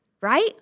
right